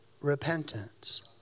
repentance